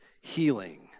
healing